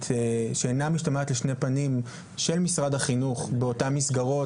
שאינה משתמעת לשתי פנים של משרד החינוך באותן מסגרות,